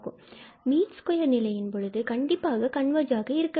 மற்றும் mean square நிலையின் பொழுது கண்டிப்பாக கன்வர்ஜாக இருக்க வேண்டும்